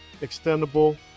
extendable